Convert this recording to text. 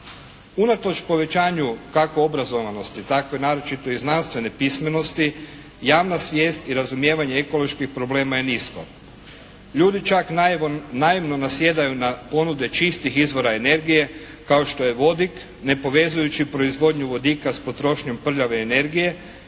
Unatoč povećanju kako obrazovanosti tako i naročito znanstvene pismenosti javna svijest i razumijevanje ekoloških problema je nisko. Ljudi čak naivno nasjedaju na ponude čistih izvora energije kao što je vodik, ne povezujući proizvodnju vodika sa potrošnjom prljave energije.